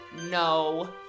No